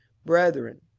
brethren,